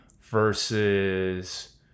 Versus